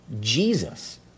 Jesus